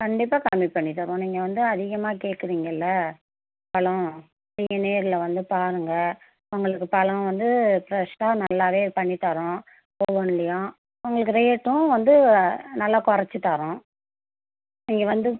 கண்டிப்பாக கம்மி பண்ணி தரோம் நீங்கள் வந்து அதிகமாக கேக்குறீங்கள பழம் நீங்கள் நேரில் வந்து பாருங்கள் உங்களுக்கு பழம் வந்து ஃப்ரஷாக நல்லாவே பண்ணித்தறோம் ஒவ்வொன்னுலயும் உங்களுக்கு ரேட்டும் வந்து நல்லா குறச்சி தரோம் நீங்கள் வந்து